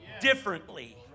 differently